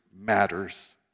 matters